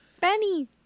Benny